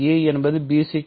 a என்பது bc